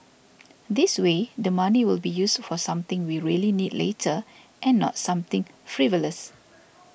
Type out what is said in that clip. this way the money will be used for something we really need later and not something frivolous